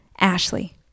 Ashley